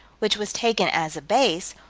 which was taken as a base,